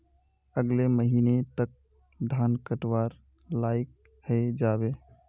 अगले महीने तक धान कटवार लायक हई जा बे